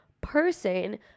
person